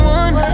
one